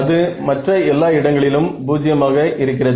அது மற்ற எல்லா இடங்களிலும் பூஜ்யமாக இருக்கிறது